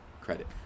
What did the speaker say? credit